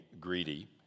greedy